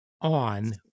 on